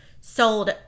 sold